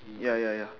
ya ya ya